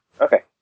Okay